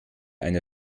eine